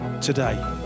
today